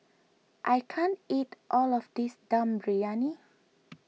I can't eat all of this Dum Briyani